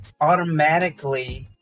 automatically